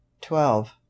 twelve